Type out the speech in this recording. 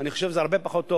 אני חושב שזה הרבה פחות טוב.